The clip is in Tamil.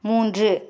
மூன்று